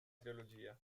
trilogia